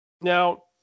Now